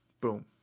boom